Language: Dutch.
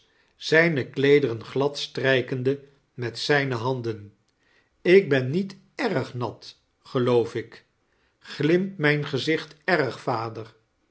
zijne kleederen glad strijkende met zijne handen ik ben niet erg nat geloof ik glimt mijn gezicht erg vader